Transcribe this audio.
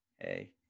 hey